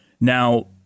Now